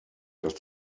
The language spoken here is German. dass